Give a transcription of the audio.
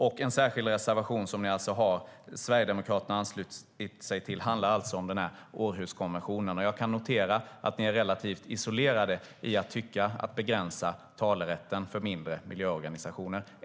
En särskild reservation ni har lämnat och som Sverigedemokraterna har anslutit sig till handlar alltså om Århuskonventionen. Jag kan notera att ni är relativt isolerade i att tycka att man ska begränsa talerätten för mindre miljöorganisationer.